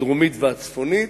הדרומית והצפונית.